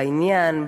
בעניין,